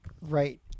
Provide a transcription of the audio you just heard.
Right